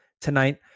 tonight